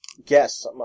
guess